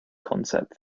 concept